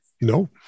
No